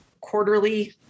quarterly